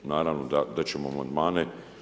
Naravno dat ćemo amandmane.